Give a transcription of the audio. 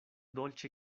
dolĉe